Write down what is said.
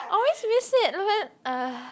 I always miss it uh